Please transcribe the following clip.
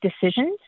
decisions